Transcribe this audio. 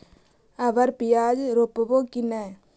अबर प्याज रोप्बो की नय?